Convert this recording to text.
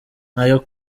n’ayo